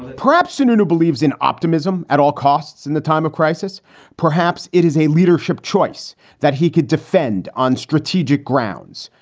perhaps soon, and who believes in optimism at all costs in the time of crisis perhaps it is a leadership choice that he could defend on strategic grounds,